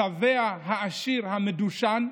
השבע, העשיר, המדושן,